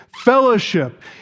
fellowship